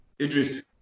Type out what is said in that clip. Idris